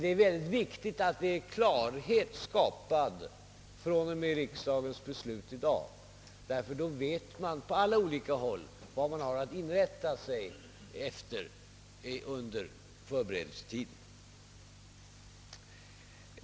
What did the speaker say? Det är emellertid mycket viktigt med den klarhet som skapas i och med riksdagens beslut i dag, ty därefter vet alla vad de har att inrätta sig efter under förberedelsetiden.